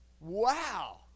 wow